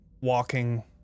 walking